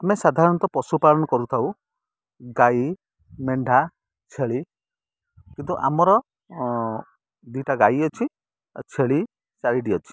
ଆମେ ସାଧାରଣତଃ ପଶୁପାଳନ କରୁଥାଉ ଗାଈ ମେଣ୍ଢା ଛେଳି କିନ୍ତୁ ଆମର ଦୁଇଟା ଗାଈ ଅଛି ଆଉ ଛେଳି ଚାରିଟି ଅଛି